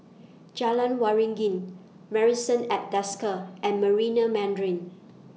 Jalan Waringin Marrison At Desker and Marina Mandarin